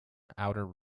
outer